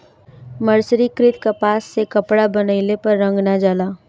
मर्सरीकृत कपास से कपड़ा बनइले पर रंग ना जाला